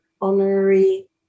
honorary